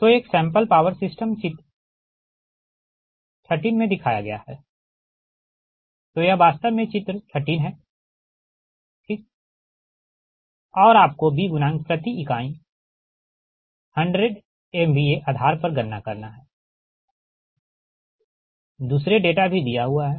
तो एक sample power system चित्र 13 में दिखाया गया है तो यह वास्तव में चित्र 13 है ठीक और आपको B गुणांक प्रति इकाई 100 MVA आधार पर गणना करना है दूसरे डेटा भी दिया हुआ है